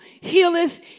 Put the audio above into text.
healeth